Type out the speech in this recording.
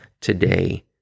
today